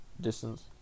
distance